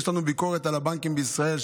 יש לנו ביקורת על הבנקים בישראל,